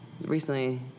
recently